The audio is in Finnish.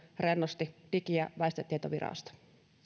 rennosti digi ja väestötietovirasto